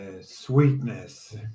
sweetness